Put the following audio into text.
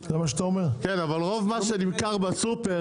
כן, אבל רוב מה שנמכר בסופר